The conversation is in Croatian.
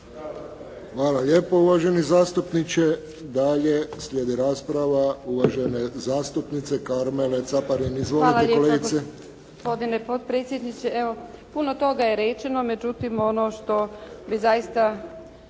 Hvala lijepo uvaženi zastupniče. Dalje slijedi rasprava uvažene zastupnice Karmele Caparin. Izvolite kolegice. **Caparin, Karmela (HDZ)** Hvala lijepa gospodine potpredsjedniče. Evo puno toga je rečeno međutim ono što bi zaista